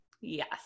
Yes